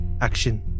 action